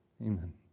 Amen